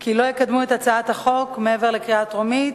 כי לא יקדמו את הצעת החוק מעבר לקריאה טרומית,